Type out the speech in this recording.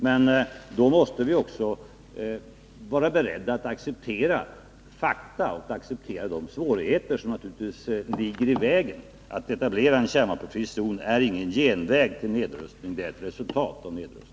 Men då måste vi också vara — Nr 128 beredda att acceptera fakta och acceptera de svårigheter som naturligtvis ligger i vägen. Att etablera en kärnvapenfri zon är ingen genväg till nedrustning — det är ett resultat av nedrustning.